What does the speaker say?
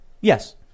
yes